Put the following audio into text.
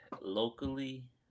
locally